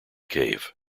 cave